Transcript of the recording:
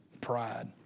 pride